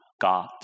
God